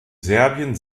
serbien